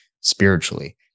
spiritually